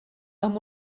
amb